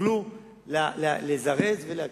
שיוכלו לזרז ולהקל.